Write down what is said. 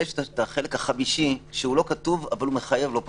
ויש את החלק החמישי שלא כתוב אבל מחייב לא פחות.